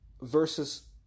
versus